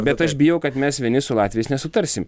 bet aš bijau kad mes vieni su latviais nesutarsim